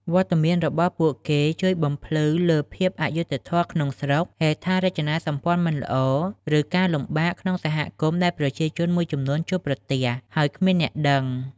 វត្តមានរបស់ពួកគេជួយបំភ្លឺលើភាពអយុត្តិធម៌ក្នុងស្រុក ហេដ្ឋារចនាសម្ព័ន្ធមិនល្អ ឬការលំបាកក្នុងសហគមន៍ដែលប្រជាជនមួយចំនួនជួបប្រទះ ហើយគ្មានអ្នកដឹង។